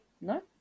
No